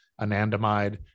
anandamide